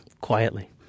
quietly